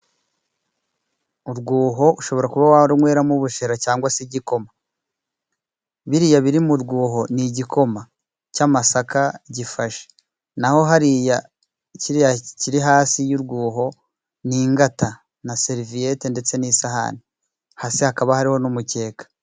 Urwuho ushobora kuba warumweramo ubushera cyangwa se igikoma. Biriya biri mu rwuho ni igikoma cy'amasaka gifashe, naho hariya kiriya kiri hasi y'urwuho ni ingata na seriviyete ndetse n'isahani, hasi hakaba hariho n'umukeka.